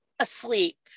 asleep